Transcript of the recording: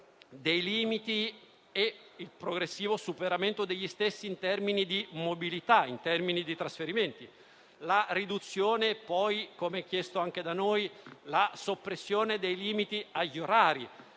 dei limiti e il progressivo superamento degli stessi in termini di mobilità e di trasferimenti, nonché la riduzione e poi, come chiesto anche da noi, la soppressione dei limiti agli orari,